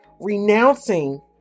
renouncing